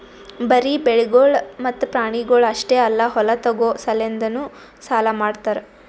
ಬರೀ ಬೆಳಿಗೊಳ್ ಮತ್ತ ಪ್ರಾಣಿಗೊಳ್ ಅಷ್ಟೆ ಅಲ್ಲಾ ಹೊಲ ತೋಗೋ ಸಲೆಂದನು ಸಾಲ ಮಾಡ್ತಾರ್